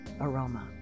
aroma